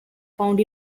found